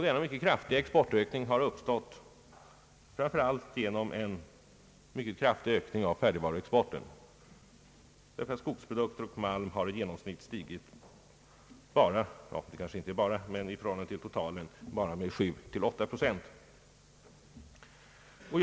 Denna mycket kraftiga exportökning har framför allt uppstått genom en mycket kraftig ökning av färdigvaruexporten, eftersom skogsprodukter och malm i genomsnitt stigit med bara 7—8 procent, vilket i och för sig inte är »bara», men jag ser detta i förhållande till den totala ökningen.